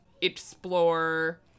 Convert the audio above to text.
explore